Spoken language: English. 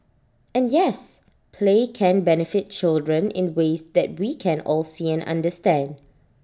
and yes play can benefit children in ways that we can all see and understand